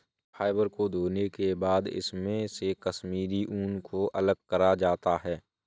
fibre को धोने के बाद इसमे से कश्मीरी ऊन को अलग करा जाता है